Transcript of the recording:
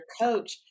coach